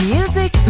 Music